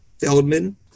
Feldman